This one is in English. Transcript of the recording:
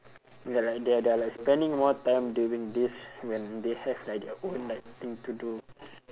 ya like they are they are like spending more time doing this when they have like their own like thing to do